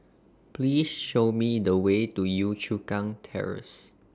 Please Show Me The Way to Yio Chu Kang Terrace